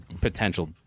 potential